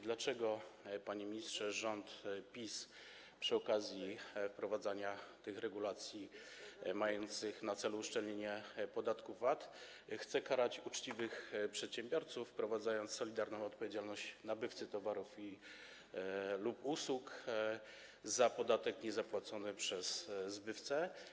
Dlaczego, panie ministrze, rząd PiS przy okazji wprowadzania tych regulacji mających na celu uszczelnienie podatku VAT chce karać uczciwych przedsiębiorców, wprowadzając solidarną odpowiedzialność nabywcy towarów lub usług za podatek niezapłacony przez zbywcę?